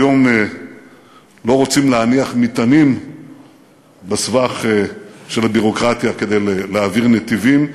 היום לא רוצים להניח מטענים בסבך של הביורוקרטיה כדי להעביר נתיבים.